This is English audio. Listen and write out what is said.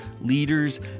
leaders